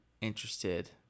interested